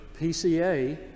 PCA